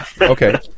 Okay